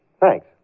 Thanks